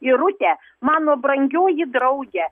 irute mano brangioji drauge